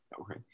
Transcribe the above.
Okay